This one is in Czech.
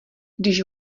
když